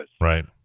Right